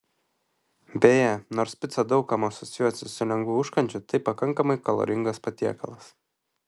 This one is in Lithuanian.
beje nors pica daug kam asocijuojasi su lengvu užkandžiu tai pakankamai kaloringas patiekalas